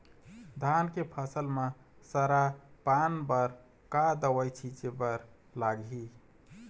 धान के फसल म सरा पान बर का दवई छीचे बर लागिही?